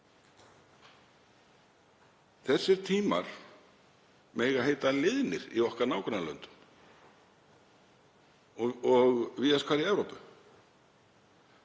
Þessir tímar mega heita liðnir í okkar nágrannalöndum og víðast hvar í Evrópu.